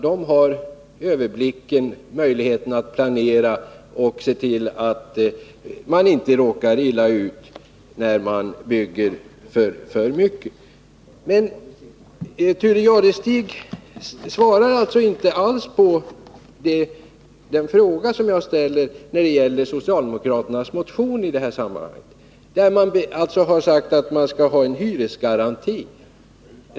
De har överblicken och möjligheter att planera så att man inte råkar illa ut genom att bygga för mycket. Thure Jadestig svarade inte alls på den fråga som jag ställde när det gäller socialdemokraternas motion i detta sammanhang, där man tar upp frågan om en hyresgaranti.